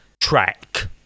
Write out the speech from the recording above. track